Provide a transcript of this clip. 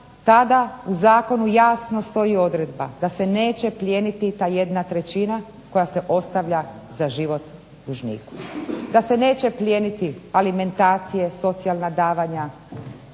tada u zakonu jasno stoji odredba da se neće plijeniti ta jedna trećina koja se ostavlja za život dužnika. DA se neće plijeniti alimentacije, socijalna davanja,